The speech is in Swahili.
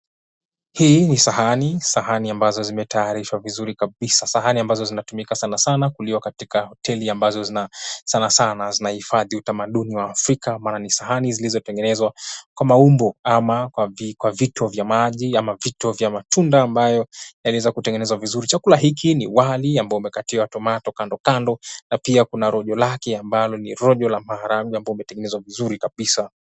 Hii ni sahani. Sahani ambazo zimetayarishwa vizuri kabisa sahani ambazo zinatumika sana sana kuliwa katika hoteli ambazo sana sana zinahifadhi utamaduni wa Afrika maana ni sahani zilizotengenezwa kwa maumbo ama kwa vitu vya maji ama vitu vya matunda ambayo yanaweza kutengenezewa vizuri chakula hiki ni wali ambao umekatiwa tomato kando kando na pia kuna rojo lake ambalo ni rojo la maharagwe ambao yametengeneza vizuri kabisa.